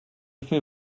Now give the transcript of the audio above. fait